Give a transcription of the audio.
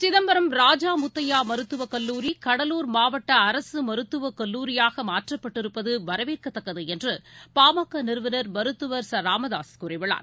சிதம்பரம் ராஜாமுத்தையாமருத்துவக் கல்லூரி கடலூர் மாவட்டஅரசுமருத்துவக் கல்லூரியாகமாற்றப்பட்டிருப்பதுவரவேற்கத்தக்கதுஎன்றுபா ம க நிறுவனர் மருத்துவர் ச ராமதாசுகூறியுள்ளார்